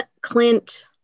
clint